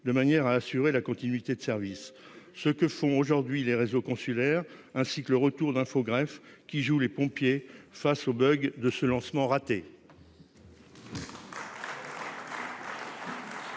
de manière à assurer la continuité de service. C'est ce que font aujourd'hui les réseaux consulaires et Infogreffe. Ces derniers jouent les pompiers face au bug de ce lancement raté.